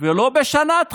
ולא בשנת חירום.